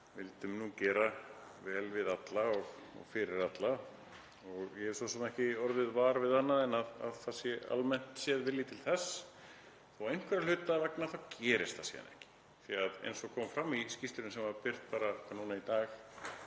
vildum gera vel við alla og fyrir alla og ég hef svo sem ekki orðið var við annað en að það sé almennt séð vilji til þess. En einhverra hluta vegna gerist það síðan ekki því að eins og kom fram í skýrslunni sem var birt bara núna í dag